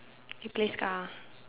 you play Scar